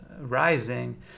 rising